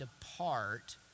depart